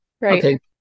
Right